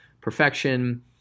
perfection